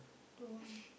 don't want